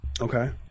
okay